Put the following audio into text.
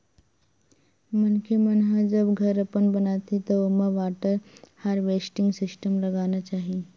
मनखे मन ह जब घर अपन बनाथे त ओमा वाटर हारवेस्टिंग सिस्टम लगाना चाही